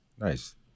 Nice